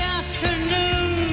afternoon